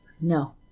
no